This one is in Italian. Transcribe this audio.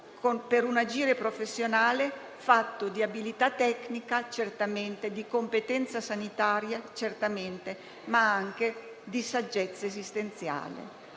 per un agire professionale fatto certamente di abilità tecnica e di competenza sanitaria, ma anche di saggezza esistenziale.